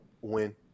win